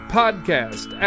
podcast